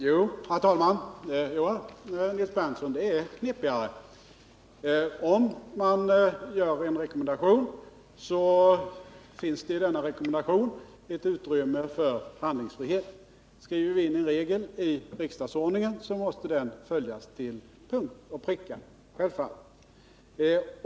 Herr talman! Jo, Nils Berndtson, det är knepigare. Om man gör en rekommendation, så finns det ett utrymme för handlingsfrihet. Skriver vi in en regel i riksdagsordningen, så måste den självfallet följas till punkt och pricka.